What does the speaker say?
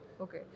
Okay